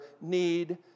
need